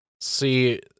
See